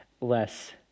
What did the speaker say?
less